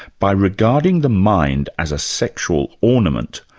by regarding the mind as a sexual ornament,